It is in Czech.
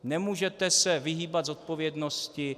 Nemůžete se vyhýbat zodpovědnosti.